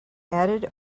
added